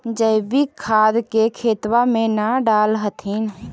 जैवीक खाद के खेतबा मे न डाल होथिं?